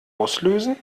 auslösen